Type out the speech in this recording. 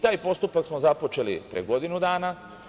Taj postupak smo započeli pre godinu dana.